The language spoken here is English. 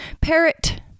parrot